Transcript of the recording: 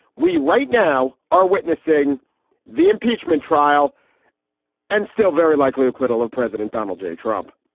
we right now are witnessing the impeachment trial and still very likely acquittal of president donald j. trump.